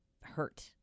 hurt